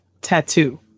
Tattoo